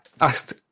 asked